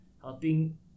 helping